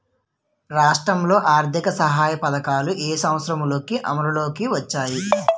రాష్ట్రంలో ఆర్థిక సహాయ పథకాలు ఏ సంవత్సరంలో అమల్లోకి వచ్చాయి?